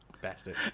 bastard